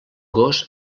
gos